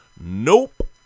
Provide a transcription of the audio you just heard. Nope